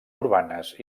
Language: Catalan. urbanes